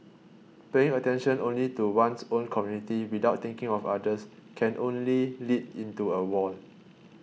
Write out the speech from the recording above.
paying attention only to one's own community without thinking of others can only lead into a wall